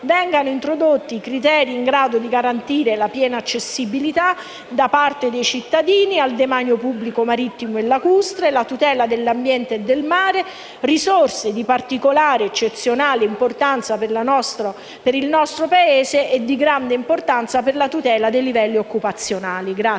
vengano introdotti criteri in grado di garantire la piena accessibilità da parte dei cittadini al demanio pubblico marittimo e lacustre, la tutela dell'ambiente e del mare, risorse di eccezionale importanza per il nostro Paese, e la tutela dei livelli occupazionali.